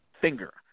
finger